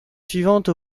suivante